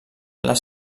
les